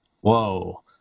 Whoa